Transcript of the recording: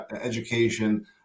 education